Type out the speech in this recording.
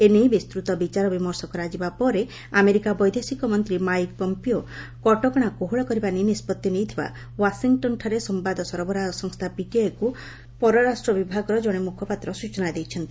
ଏନେଇ ବିସ୍ତୃତ ବିଚାର ବିମର୍ଷ କରାଯିବା ପରେ ଆମେରିକା ବୈଦେଶିକ ମନ୍ତ୍ରୀ ମାଇକ୍ ପମ୍ପିଓ କଟକଣା କୋହଳ କରିବା ନେଇ ନିଷ୍ପଭି ନେଇଥିବା ଓ୍ୱାଶିଂଟନ୍ଠାରେ ସମ୍ବାଦ ସରବରାହ ସଂସ୍ଥା ପିଟିଆଇକୁ ପରରାଷ୍ଟ୍ର ବିଭାଗର ଜଣେ ମୁଖପାତ୍ର ସ୍ୱଚନା ଦେଇଛନ୍ତି